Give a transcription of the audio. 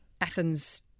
Athens